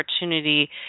opportunity